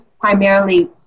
primarily